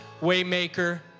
Waymaker